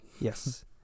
Yes